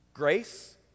Grace